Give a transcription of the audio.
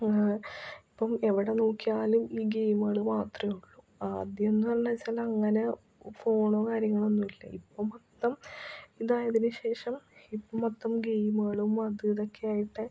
ഇപ്പം എവിടെ നോക്കിയാലും ഈ ഗെമുകൾ മാത്രമെയുള്ളു ആദ്യം എന്ന് പറഞ്ഞാൽ അങ്ങനെ ഫോണോ കാര്യങ്ങളോ ഒന്നുമില്ല ഇപ്പം മൊത്തം ഇതായത്തിന് ശേഷം ഇപ്പം മൊത്തം ഗെയ്മുകളും അതും ഇതൊക്കെയായിട്ട്